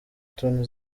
toni